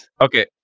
Okay